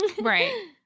Right